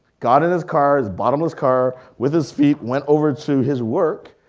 got in his car, his bottomless car, with his feet, went over to his work,